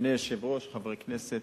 אדוני היושב-ראש, חברי הכנסת,